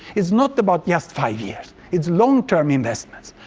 it's not about just five years it's long-term investments.